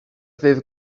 ddydd